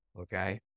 okay